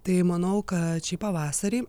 tai manau kad šį pavasarį